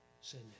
sin